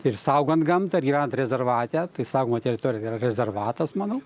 ir saugant gamtą ir gyvenant rezervate tai saugoma teritorija yra rezervatas mano